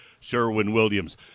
Sherwin-Williams